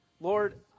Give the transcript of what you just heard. Lord